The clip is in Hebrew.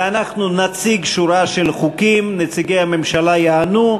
ואנחנו נציג שורה של חוקים, ונציגי הממשלה יענו.